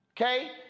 Okay